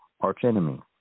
archenemy